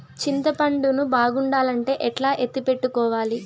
చింతపండు ను బాగుండాలంటే ఎట్లా ఎత్తిపెట్టుకోవాలి?